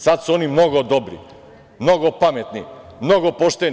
Sad su oni mnogo dobri, mnogo pametni, mnogo pošteni.